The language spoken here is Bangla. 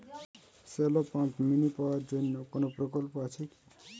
শ্যালো পাম্প মিনি পাওয়ার জন্য কোনো প্রকল্প আছে কি?